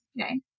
Okay